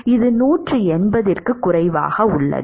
இது 180 க்கும் குறைவாக உள்ளது